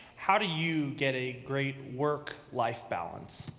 how do you get a great work life balance?